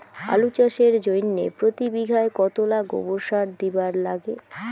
আলু চাষের জইন্যে প্রতি বিঘায় কতোলা গোবর সার দিবার লাগে?